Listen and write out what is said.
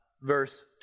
verse